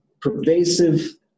pervasive